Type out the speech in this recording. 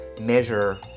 measure